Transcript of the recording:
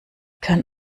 kann